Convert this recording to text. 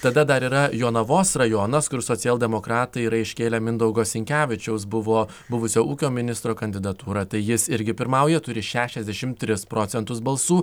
tada dar yra jonavos rajonas kur socialdemokratai yra iškėlę mindaugo sinkevičiaus buvo buvusio ūkio ministro kandidatūrą tai jis irgi pirmauja turi šešiasdešimt tris procentus balsų